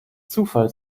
zufall